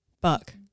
buck